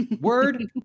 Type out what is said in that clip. word